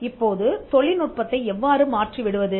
இப்போது தொழில் நுட்பத்தை எவ்வாறு மாற்றிவிடுவது